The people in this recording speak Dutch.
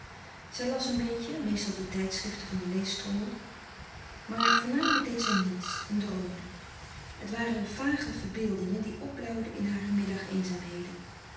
zij las een beetje meestal de tijdschriften van den leestrommel maar voornamelijk deed zij niets en droomde het waren vage verbeeldingen die opblauwden in hare